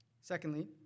Secondly